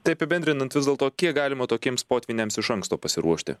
tai apibendrinant vis dėlto kiek galima tokiems potvyniams iš anksto pasiruošti